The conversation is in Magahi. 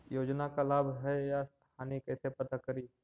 योजना से का लाभ है या हानि कैसे पता करी?